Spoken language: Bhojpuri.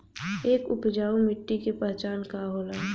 एक उपजाऊ मिट्टी के पहचान का होला?